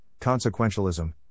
consequentialism